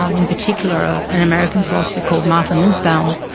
um in particular an american philosopher called martha nussbaum,